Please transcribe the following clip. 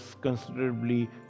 considerably